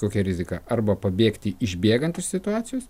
kokia rizika arba pabėgti išbėgant iš situacijos